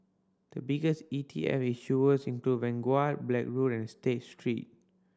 the biggest E T F issuers include Vanguard Blackrock and State Street